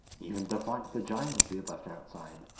even to fight the giants he had left outside,